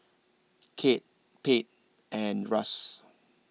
Kate Pate and Russ